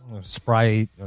Sprite